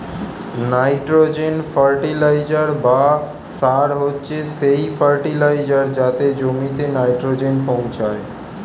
nitrogen fertiliser বা সার হচ্ছে সেই ফার্টিলাইজার যাতে জমিতে নাইট্রোজেন পৌঁছায়